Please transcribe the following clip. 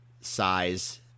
size